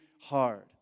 hard